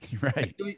Right